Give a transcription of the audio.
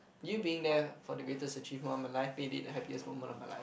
you being there for the greatest achievement of my life made it the happiest moment of my life